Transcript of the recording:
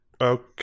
Okay